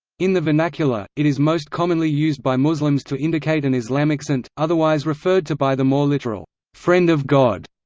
in the vernacular, it is most commonly used by muslims to indicate an islamic saint, otherwise referred to by the more literal friend of god.